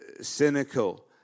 cynical